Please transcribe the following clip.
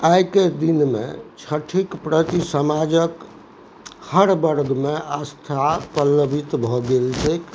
आइके दिनमे छठिके प्रति समाजके हर वर्गमे आस्था पल्लवित भऽ गेल छै